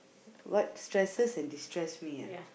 what stresses and destress me ah